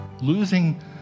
losing